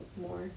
more